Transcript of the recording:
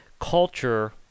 culture